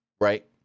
Right